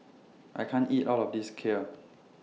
I can't eat All of This Kheer